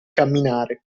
camminare